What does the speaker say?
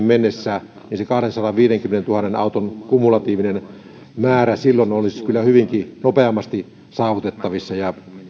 mennessä niin se kahdensadanviidenkymmenentuhannen auton kumulatiivinen määrä olisi kyllä hyvinkin paljon nopeammin saavutettavissa ja